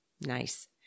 Nice